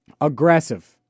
Aggressive